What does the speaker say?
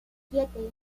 siete